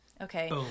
Okay